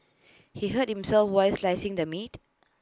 he hurt himself while slicing the meat